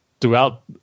throughout